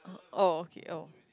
oh okay oh